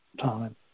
time